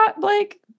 Blake